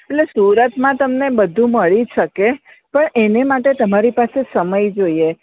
એટલે સુરતમાં તમને બધું મળી શકે પણ એને માટે તમારી પાસે સમય જોઈએ